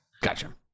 Gotcha